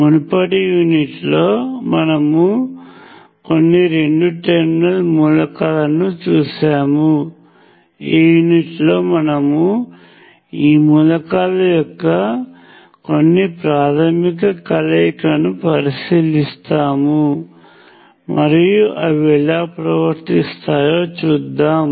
మునుపటి యూనిట్లో మనము కొన్ని రెండు టెర్మినల్ మూలకాలను చూశాము ఈ యూనిట్లో మనము ఈ మూలకాల యొక్క కొన్ని ప్రాథమిక కలయికను పరిశీలిస్తాము మరియు అవి ఎలా ప్రవర్తిస్తాయో చూద్దాం